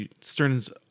Stern's